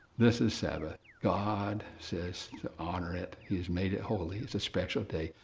this is sabbath. god says to honor it, he's made it holy it's a special day.